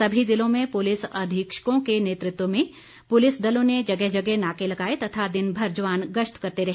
सभी जिलों में पुलिस अधीक्षकों के नेतृत्व में पुलिस दलों ने जगह जगह नाके लगाए तथा दिन भर जवान गश्त करते रहे